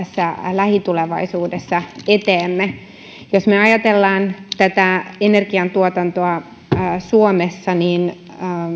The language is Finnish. lähitulevaisuudessa eteemme jos me ajattelemme energiantuotantoa suomessa niin